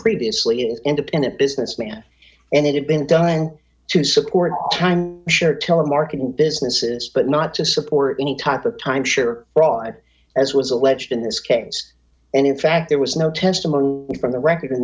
previously independent businessman and it had been dying to support share telemarketing businesses but not to support any type of timeshare fraud as was alleged in this case and in fact there was no testimony from the record in